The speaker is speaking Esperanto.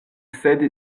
sed